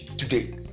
today